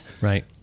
Right